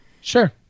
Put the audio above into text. Sure